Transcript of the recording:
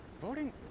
voting